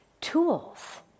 tools